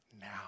now